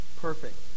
perfect